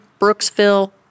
Brooksville